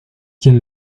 quien